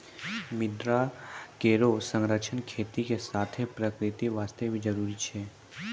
मृदा केरो संरक्षण खेती के साथें प्रकृति वास्ते भी जरूरी छै